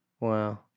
Wow